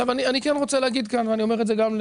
אני רוצה להגיד כאן,